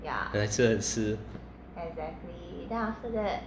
还是很湿